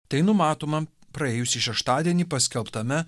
tai numatoma praėjusį šeštadienį paskelbtame